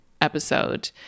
episode